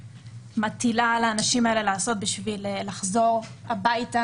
מטילה על האנשים האלה לעשות בשביל לחזור הביתה,